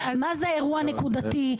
מה זה אירוע נקודתי?